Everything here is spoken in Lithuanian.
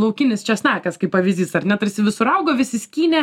laukinis česnakas kaip pavyzdys ar ne tarsi visur augo visi skynė